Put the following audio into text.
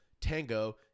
tango